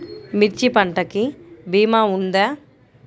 మిర్చి పంటకి భీమా ఉందా?